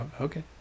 Okay